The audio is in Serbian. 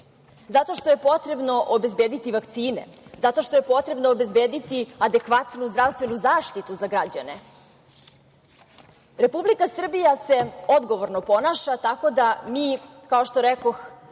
zato što je potrebno obezbediti vakcine, zato što je potrebno obezbediti adekvatnu zdravstvenu zaštitu za građane. Republika Srbija se odgovorno ponaša tako da mi, kao što rekoh,